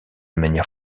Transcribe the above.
manière